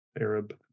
Arab